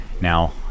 Now